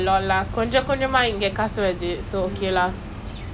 same same yesterday I woke up at three and I literally did nothing